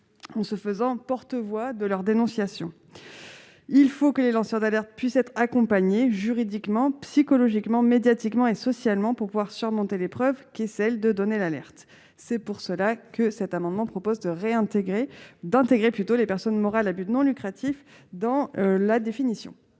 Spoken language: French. en se faisant le porte-voix de leur dénonciation. Les lanceurs d'alerte doivent pouvoir être accompagnés juridiquement, psychologiquement, médiatiquement et socialement pour pouvoir surmonter l'épreuve qu'est le fait de donner l'alerte. C'est pourquoi nous proposons d'intégrer les personnes morales à but non lucratif dans la définition